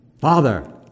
Father